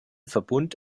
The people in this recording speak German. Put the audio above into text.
verbund